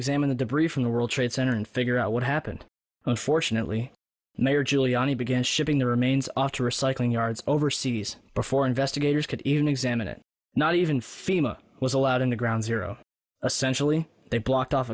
examine the debris from the world trade center and figure out what happened unfortunately mayor giuliani began shipping the remains off to recycling yards overseas before investigators could even examine it not even fema was allowed in the ground zero essential they blocked off